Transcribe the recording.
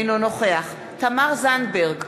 אינו נוכח תמר זנדברג,